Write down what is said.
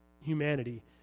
humanity